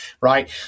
right